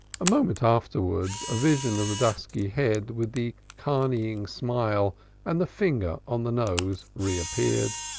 a moment afterwards, a vision of the dusky head, with the carneying smile and the finger on the nose, reappeared.